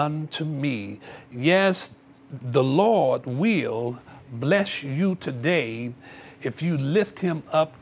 and to me yes the lord will bless you to day if you lift him up